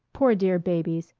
poor dear babies,